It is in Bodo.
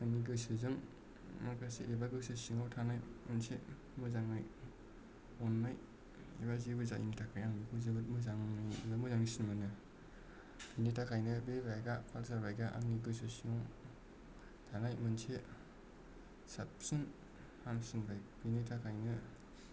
आंनि गोसोजों माखासे एबा गोसो सिङाव थानाय मोनसे मोजाङै अननाय एबा जेबो जायैनि थाखाय आं जोबोद मोजाङै मोजांसिन मोनो बेनि थाखायनो बे बाइकआ पालसार बाइकआ आंनि गोसो सिङाव थानाय मोनसे साबसिन हामसिन बाइक बिनि थाखायनो